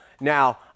Now